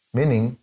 Meaning